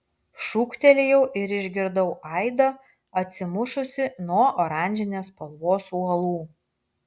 šūktelėjau ir išgirdau aidą atsimušusį nuo oranžinės spalvos uolų